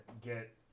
get